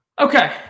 Okay